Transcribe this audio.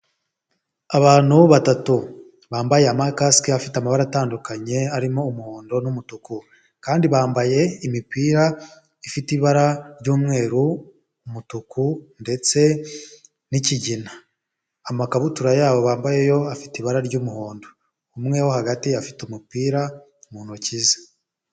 Abantu batatu bambaye amakasike afite amabara atandukanye arimo umuhondo n'umutuku. Kandi bambaye imipira ifite ibara ry'umweru, umutuku ndetse n'ikigina. Amakabutura yabo bambaye yo afite ibara ry'umuhondo, umwe wo hagati afite umupira mu ntoki ze.